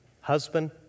husband